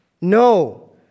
no